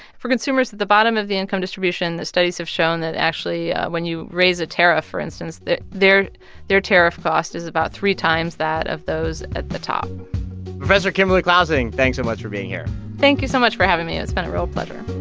for consumers at the bottom of the income distribution, the studies have shown that, actually, when you raise a tariff, for instance, that their their tariff cost is about three times that of those at the top professor kimberly clausing, thanks so much for being here thank you so much for having me. it's been a real pleasure